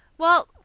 well,